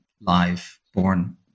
live-born